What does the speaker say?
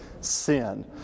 sin